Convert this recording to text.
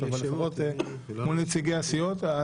אבל לפחות מול נציגי הסיעות.